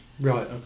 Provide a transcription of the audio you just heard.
Right